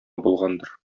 булгандыр